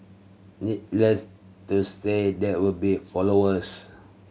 needless to say there will be followers